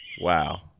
wow